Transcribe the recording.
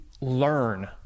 learn